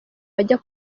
bajya